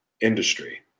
industry